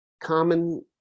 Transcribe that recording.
common